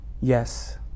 yes